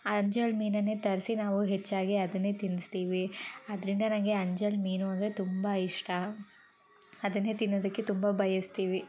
ಅಂಜಲ್ ಮೀನನ್ನೇ ತರಿಸಿ ನಾವು ಹೆಚ್ಚಾಗಿ ಅದನ್ನೇ ತಿನ್ಸ್ತೀವಿ ಅದರಿಂದ ನನಗೆ ಅಂಜಲ್ ಮೀನು ಅಂದರೆ ತುಂಬ ಇಷ್ಟ ಅದನ್ನೇ ತಿನ್ನೋದಕ್ಕೆ ತುಂಬ ಬಯಸ್ತೀವಿ